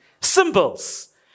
Symbols